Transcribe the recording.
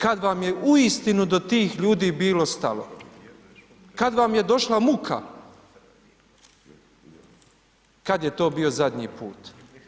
Kad vam je uistinu do tih ljudi bilo stalo, kad vam je došla muka, kad je to bio zadnji put.